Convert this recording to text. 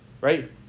Right